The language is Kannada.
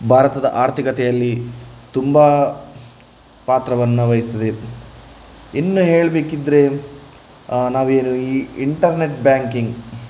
ಭಾರತದ ಆರ್ಥಿಕತೆಯಲ್ಲಿ ತುಂಬ ಪಾತ್ರವನ್ನು ವಹಿಸ್ತದೆ ಇನ್ನು ಹೇಳಬೇಕಿದ್ದರೆ ನಾವು ಏನು ಈ ಇಂಟರ್ನೆಟ್ ಬ್ಯಾಂಕಿಂಗ್